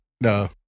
no